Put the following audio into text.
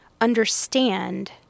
understand